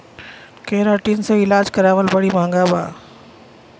keratin से इलाज करावल बड़ी महँगा बा